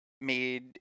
made